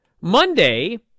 Monday